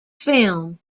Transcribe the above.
film